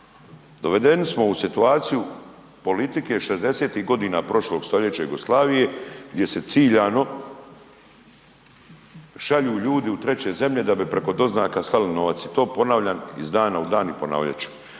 Dovedeni smo u situaciju politike 60-ih godina prošlog stoljeća Jugoslavije, gdje se ciljano šalju ljudi u treće zemlje da bi preko doznaka slali novac i to ponavljam iz dana u dan i ponavljat ću.